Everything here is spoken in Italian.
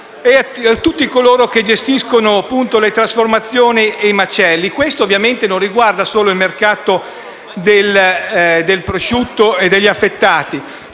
e a tutti coloro che gestiscono le trasformazioni e i macelli e ovviamente non riguarda solo il mercato del prosciutto e degli affettati.